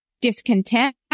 discontent